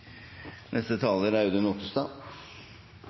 Neste taler er